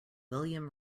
william